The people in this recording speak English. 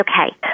okay